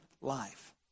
life